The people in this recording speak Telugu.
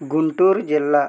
గుంటూరు జిల్లా